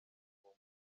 mvugo